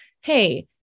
hey